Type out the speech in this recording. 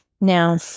Now